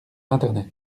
internet